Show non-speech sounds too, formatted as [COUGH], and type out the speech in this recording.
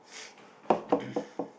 [NOISE] [COUGHS]